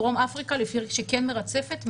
דרום אפריקה שכן מרצפת,